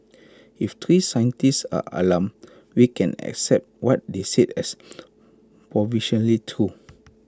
if three scientists are alarmed we can accept what they say as provisionally true